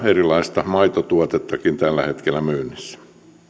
erilaista maitotuotettakin tällä hetkellä myynnissä